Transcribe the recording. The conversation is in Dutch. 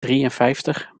drieënvijftig